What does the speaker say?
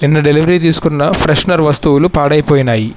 నిన్న డెలివరీ తీసుకున్న ఫ్రెష్నర్ వస్తువులు పాడైపోయినాయి